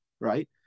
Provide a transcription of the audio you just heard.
right